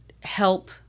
help